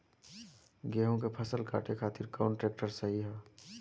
गेहूँ के फसल काटे खातिर कौन ट्रैक्टर सही ह?